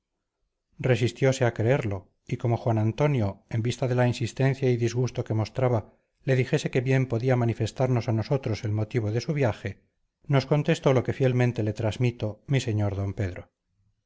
resistiose a creerlo y como juan antonio en vista de la insistencia y disgusto que mostraba le dijese que bien podía manifestarnos a nosotros el motivo de su viaje nos contestó lo que fielmente le transmito mi sr d pedro